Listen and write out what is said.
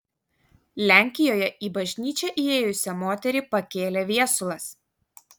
lenkijoje į bažnyčią ėjusią moterį pakėlė viesulas